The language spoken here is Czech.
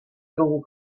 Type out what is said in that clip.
druhů